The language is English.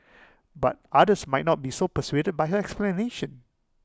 but others might not be so persuaded by her explanation